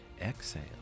Exhale